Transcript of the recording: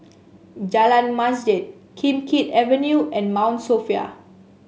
Jalan Masjid Kim Keat Avenue and Mount Sophia